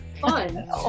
fun